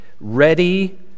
ready